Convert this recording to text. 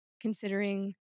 considering